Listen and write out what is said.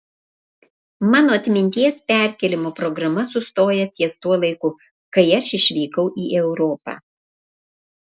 mano atminties perkėlimo programa sustoja ties tuo laiku kai aš išvykau į europą